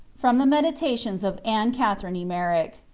from the meditations of anne catherine emmerich.